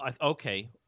okay